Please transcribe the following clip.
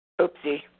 Oopsie